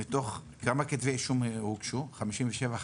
כמה כתבי אישום הוגשו מתוך 57 חקירות?